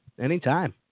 Anytime